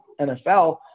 NFL